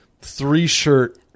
three-shirt